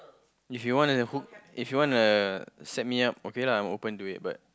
if you wanna hook if you wanna set me up okay lah I'm open to it but